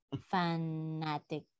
fanatic